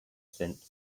since